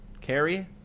Carrie